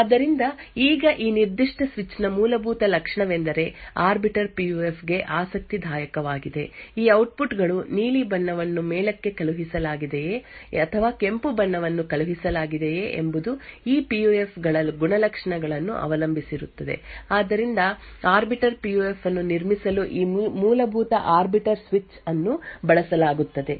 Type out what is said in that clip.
ಆದ್ದರಿಂದ ಈಗ ಈ ನಿರ್ದಿಷ್ಟ ಸ್ವಿಚ್ ನ ಮೂಲಭೂತ ಲಕ್ಷಣವೆಂದರೆ ಆರ್ಬಿಟರ್ ಪಿಯುಎಫ್ ಗೆ ಆಸಕ್ತಿದಾಯಕವಾಗಿದೆ ಈ ಔಟ್ಪುಟ್ ಗಳು ನೀಲಿ ಬಣ್ಣವನ್ನು ಮೇಲಕ್ಕೆ ಕಳುಹಿಸಲಾಗಿದೆಯೇ ಅಥವಾ ಕೆಂಪು ಬಣ್ಣವನ್ನು ಕಳುಹಿಸಲಾಗಿದೆಯೇ ಎಂಬುದು ಈ ಪಿಯುಎಫ್ ಗಳ ಗುಣಲಕ್ಷಣಗಳನ್ನು ಅವಲಂಬಿಸಿರುತ್ತದೆ ಆದ್ದರಿಂದ ಆರ್ಬಿಟರ್ ಅನ್ನು ನಿರ್ಮಿಸಲು ಈ ಮೂಲಭೂತ ಆರ್ಬಿಟರ್ ಸ್ವಿಚ್ ಅನ್ನು ಬಳಸಲಾಗುತ್ತದೆ